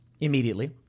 immediately